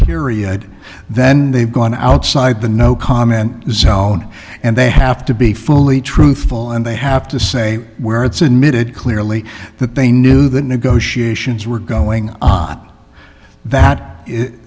period then they've gone outside the no comment zone and they have to be fully truthful and they have to say where it's admitted clearly that they knew the negotiations were going on that i